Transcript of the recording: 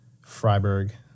Freiburg